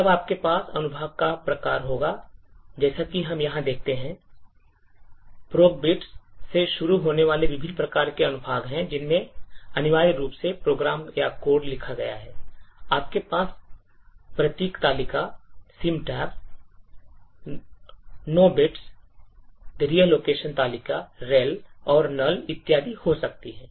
तब आपके पास अनुभाग का प्रकार होगा और जैसा कि हम यहां देखते हैं PROGBITS से शुरू होने वाले विभिन्न प्रकार के अनुभाग हैं जिनमें अनिवार्य रूप से प्रोग्राम या कोड लिखा गया है आपके पास प्रतीक तालिका NOBITS the Reallocation तालिका और NULL इत्यादि हो सकती है